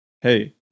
Hey